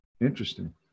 Interesting